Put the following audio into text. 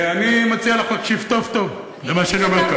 אני מציע לך להקשיב טוב-טוב למה שאני אומר כאן.